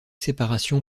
séparation